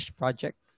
project